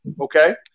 Okay